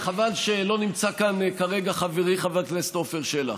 וחבל שלא נמצא כאן כרגע חברי חבר הכנסת עפר שלח,